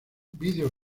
video